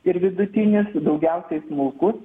ir vidutinis daugiausiai smulkus